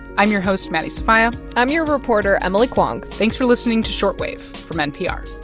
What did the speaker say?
i'm your host, maddie sofia i'm your reporter, emily kwong thanks for listening to short wave from npr